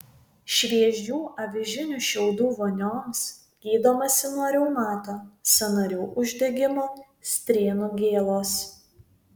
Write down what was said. šviežių avižinių šiaudų vonioms gydomasi nuo reumato sąnarių uždegimo strėnų gėlos